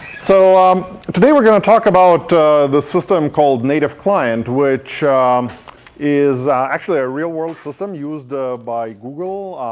so um today we're going to talk about the system called native client, which ah um is actually a real world system used by google.